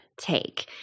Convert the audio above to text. take